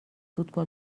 فوتبال